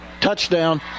Touchdown